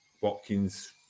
Watkins